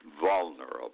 vulnerable